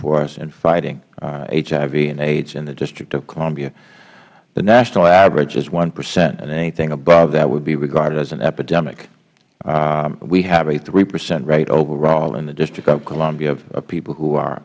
for us in fighting hiv and aids in the district of columbia the national average is one percent and anything above that would be regarded as an epidemic we have a three percent rate overall in the district of columbia of people who are